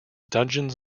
dungeons